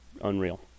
unreal